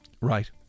Right